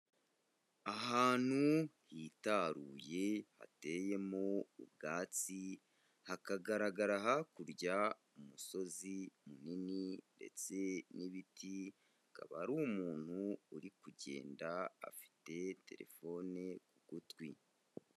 Ahantu hitaruye hateyemo ubwatsi, hakagaragara hakurya umusozi munini ndetse n'ibiti, hakaba hari umuntu uri kugenda afite telefone ku gutwi.